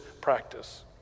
practice